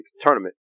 tournament